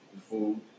food